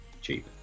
Cheap